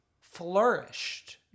flourished